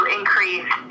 increase